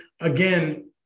again